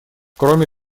кроме